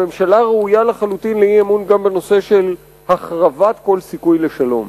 הממשלה ראויה לחלוטין לאי-אמון גם בנושא של החרבת כל סיכוי לשלום.